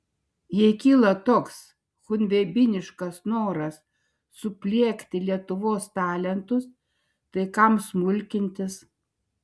jei kyla toks chunveibiniškas noras supliekti lietuvos talentus tai kam smulkintis